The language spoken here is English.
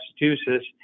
Massachusetts